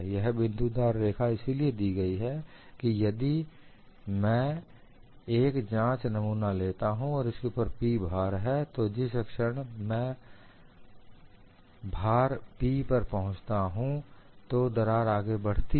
यह बिंदुदार रेखा इसलिए दी गई है कि यदि यदि मैं एक जाँच नमूना लेता हूं और इसके ऊपर भार P है तो जिस क्षण में बाहर P पर पहुंचता हूं तो दरार आगे बढ़ती है